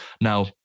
Now